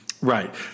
Right